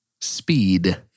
Speed